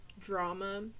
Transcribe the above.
drama